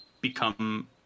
become